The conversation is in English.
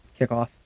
kickoff